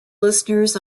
listeners